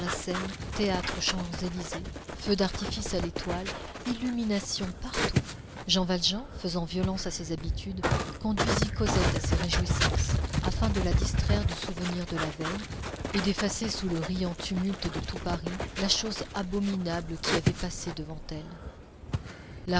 théâtres aux champs-élysées feu d'artifice à l'étoile illuminations partout jean valjean faisant violence à ses habitudes conduisit cosette à ces réjouissances afin de la distraire du souvenir de la veille et d'effacer sous le riant tumulte de tout paris la chose abominable qui avait passé devant elle la